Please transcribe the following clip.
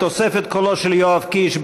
בתוספת קולו של יואב קיש,